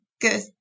good